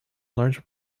large